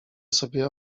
sobie